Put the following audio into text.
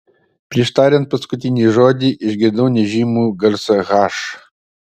prieš tariant paskutinį žodį išgirdau nežymų garsą h